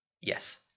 Yes